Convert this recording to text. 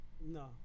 No